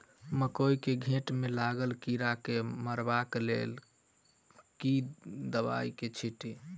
मकई केँ घेँट मे लागल कीड़ा केँ मारबाक लेल केँ दवाई केँ छीटि?